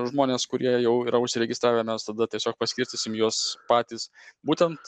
žmonės kurie jau yra užsiregistravę mes tada tiesiog paskirstysim juos patys būtent